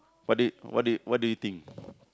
what do what do what do you think